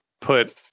put